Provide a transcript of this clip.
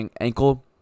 ankle